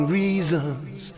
reasons